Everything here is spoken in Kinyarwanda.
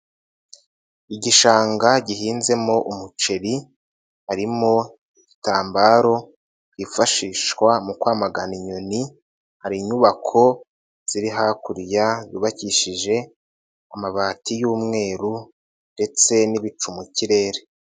Igishanga gihinzemo umuceri, harimo igitambaro hifashishwa mu kwamagana inyoni, hari inyubako ziri hakuya yubakishije amabati y'umweru ndetse n'ibicu mu kirere.